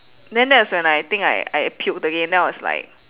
then that was when I think I I puked again then I was like